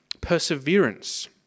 Perseverance